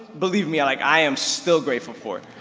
believe me, like i am still grateful for it.